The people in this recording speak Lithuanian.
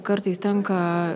kartais tenka